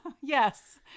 Yes